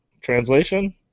translation